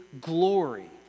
glory